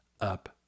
up